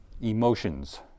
emotions